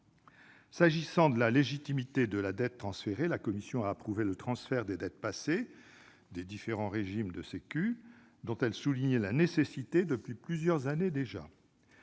S'agissant de la légitimité de la dette transférée, la commission a approuvé le transfert des dettes passées des différents régimes de sécurité sociale : elle en souligne la nécessité depuis plusieurs années déjà.